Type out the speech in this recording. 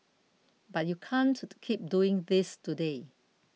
but you can't keep doing this today